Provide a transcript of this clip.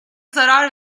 zarar